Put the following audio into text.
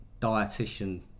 dietitian